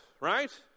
right